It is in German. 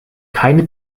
keine